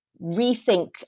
rethink